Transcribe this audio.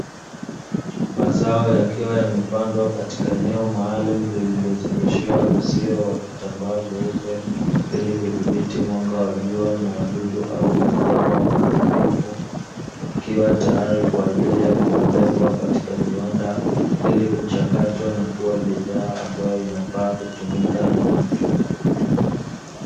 Mazao yakiwa yamepandwa katika eneo maalumu lililozungushiwa uzio wa vitambaa vyeupe, ili kudhibiti mwanga wa jua na wadudu au wanyama waharibifu, ikiwa tayari kwa ajili ya kupelekwa katika viwanda, ili kuchakatwa na kuwa bidhaa ambayo inafaa kutumika na watu.